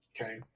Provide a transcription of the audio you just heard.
Okay